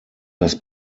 das